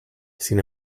sin